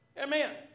Amen